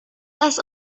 das